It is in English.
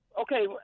okay